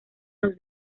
los